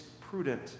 prudent